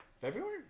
February